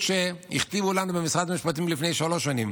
שהכתיבו לנו במשרד המשפטים לפני שלוש שנים,